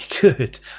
good